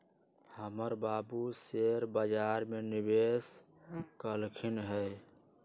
हमर बाबू शेयर बजार में निवेश कलखिन्ह ह